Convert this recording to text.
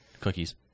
cookies